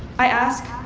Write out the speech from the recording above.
i ask,